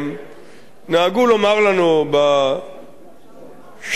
נהגו לומר לנו בשנים האחרונות